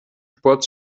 sport